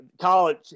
college